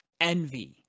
envy